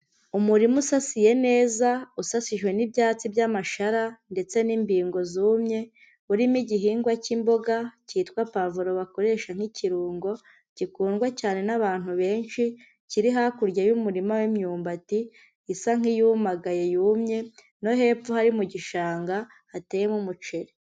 Umurima usasiye neza usasijwe n'ibyatsi by'amashara ndetse n'imbingo zumye, urimo igihingwa k'imboga kitwa pavuro bakoresha nk'ikirungo, gikundwa cyane n'abantu benshi, kiri hakurya y'umurima w'imyumbati isa nk'iyumagaye yumye, no hepfo hari mu gishanga hateyemo umuceri.